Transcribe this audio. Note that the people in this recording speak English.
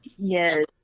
Yes